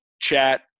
chat